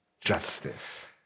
justice